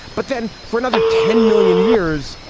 but then for another ten million years,